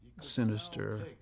sinister